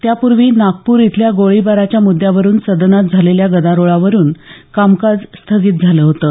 त्यापूर्वी नागपूर इथल्या गोळीबाराच्या मुद्यावरून सदनात झालेल्या गदारोळावरून कामकाज स्थगित झालं होतं